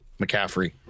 McCaffrey